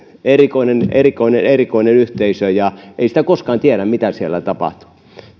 erikoinen erikoinen yhteisö ja ei sitä koskaan tiedä mitä siellä tapahtuu